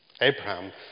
Abraham